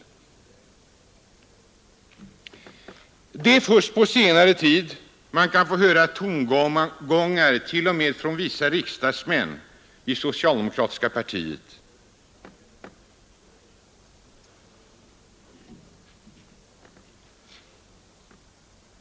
Det är först på senare tid man kan få höra avvikande tongångar t.o.m., från vissa socialdemokratiska riksdagsmän.